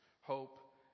Hope